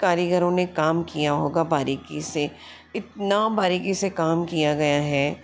कारीगरों ने काम किया होगा बारीकी से इतना बारीकी से काम किया गया है